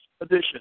edition